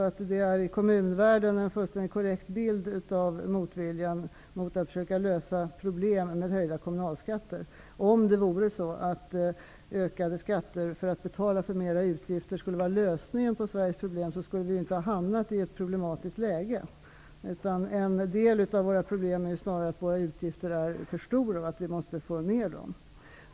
Det finns i kommunvärlden en fullständigt korrekt bild av regeringens motvilja mot att man löser ekonomiska problem genom höjda kommunalskatter. Om ökade skatter för att kunna betala större utgifter vore lösningen på Sveriges problem, skulle vi inte ha hamnat i ett problematiskt läge. En del av våra problem är snarare att våra utgifter är för stora och att vi måste minska dem.